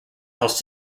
else